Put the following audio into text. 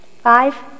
Five